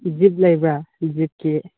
jeep ꯂꯩꯕ꯭ꯔꯥ ꯖꯤꯞꯀꯤ